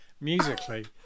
musically